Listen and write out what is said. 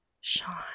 Sean